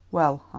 well,